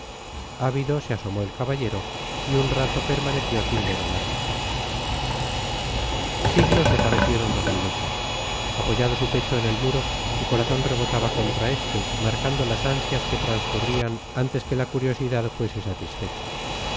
esta ávido se asomó el caballero y un rato permaneció sin ver a nadie siglos le parecieron los minutos apoyado su pecho en el muro su corazón rebotaba contra este marcando las ansias que transcurrían antes que la curiosidad fuese satisfecha